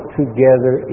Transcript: together